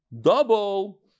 double